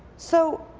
so,